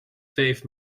vijf